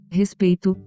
respeito